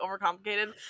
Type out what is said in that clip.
overcomplicated